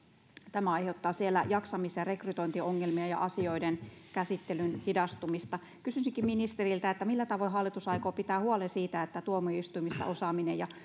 tämä aiheuttaa siellä jaksamis ja rekrytointiongelmia ja asioiden käsittelyn hidastumista kysyisinkin ministeriltä millä tavoin hallitus aikoo pitää huolen siitä että tuomioistuimissa osaaminen ja